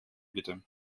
bitte